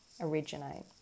originate